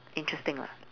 interesting lah